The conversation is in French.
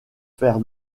faire